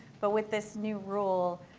but with this new role,